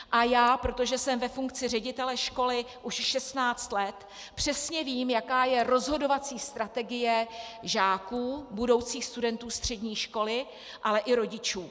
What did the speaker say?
A já, protože jsem ve funkci ředitelky školy už šestnáct let, přesně vím, jaká je rozhodovací strategie žáků, budoucích studentů střední školy, ale i rodičů.